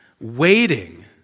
waiting